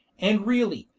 and really,